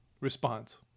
response